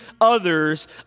others